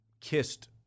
kissed